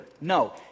No